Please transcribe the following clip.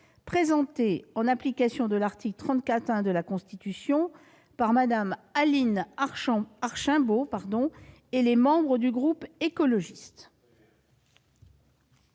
présentée, en application de l'article 34-1 de la Constitution, par Mme Aline Archimbaud et les membres du groupe écologiste